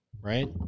right